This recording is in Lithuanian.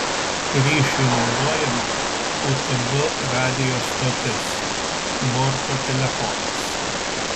ryšiui naudojama utb radijo stotis borto telefonas